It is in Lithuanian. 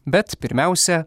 bet pirmiausia